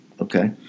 Okay